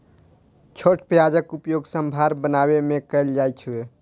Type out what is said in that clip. छोट प्याजक उपयोग सांभर बनाबै मे कैल जाइ छै